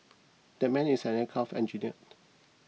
that man is an aircraft engineer